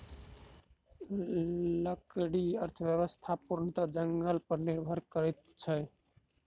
लकड़ी अर्थव्यवस्था पूर्णतः जंगल पर निर्भर करैत अछि